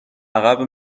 عقب